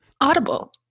Audible